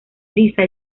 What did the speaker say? lisa